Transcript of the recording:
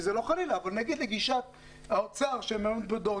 היא תדע